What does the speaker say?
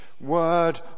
word